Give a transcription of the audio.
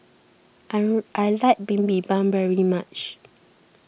I like Bibimbap very much